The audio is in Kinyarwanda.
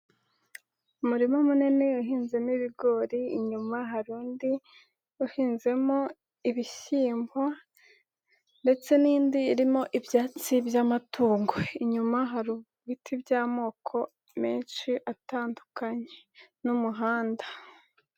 Umurima munini uhinzemo ibigori, inyuma hari undi uhinzemo ibishyimbo ndetse n'indi irimo ibyatsi by'amatungo, inyuma hari ibiti by'amoko menshi atandukanye n'umuhanda.